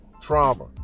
Trauma